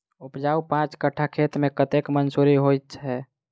उपजाउ पांच कट्ठा खेत मे कतेक मसूरी होइ छै?